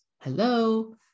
Hello